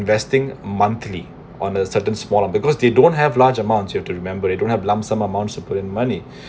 investing monthly on a certain small because they don't have large amounts you have to remember they don't have lump sum amounts to put in money